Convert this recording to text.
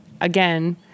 again